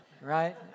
right